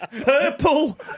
purple